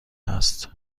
است